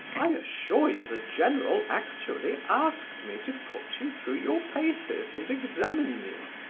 i assure you the general actually asked me to put you through your paces, and examine you.